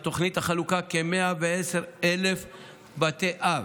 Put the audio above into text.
בתוכנית החלוקה כ-110,000 בתי אב.